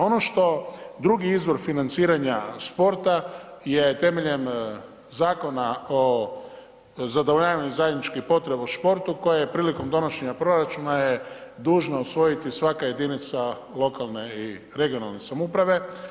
Ono što drugi izvor financiranja sporta je temeljem Zakona o zadovoljavanju zajedničkih potreba u športu koje je prilikom donošenja proračuna je dužna usvojiti svaka jedinica lokalne i regionalne samouprave.